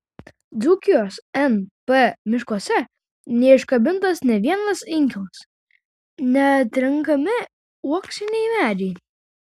dzūkijos np miškuose neiškabintas nė vienas inkilas neatrenkami uoksiniai medžiai